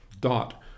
dot